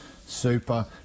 Super